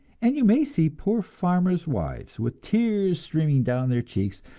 and you may see poor farmers' wives, with tears streaming down their cheeks,